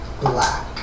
black